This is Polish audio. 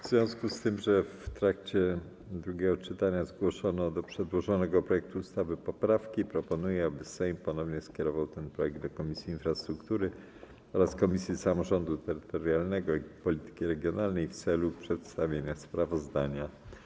W związku z tym, że w trakcie drugiego czytania zgłoszono do przedłożonego projektu ustawy poprawki, proponuję, aby Sejm ponownie skierował ten projekt do Komisji Infrastruktury oraz Komisji Samorządu Terytorialnego i Polityki Regionalnej w celu przedstawienia sprawozdania.